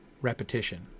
repetition